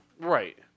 Right